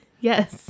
Yes